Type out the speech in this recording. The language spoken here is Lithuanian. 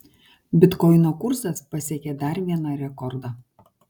bitkoino kursas pasiekė dar vieną rekordą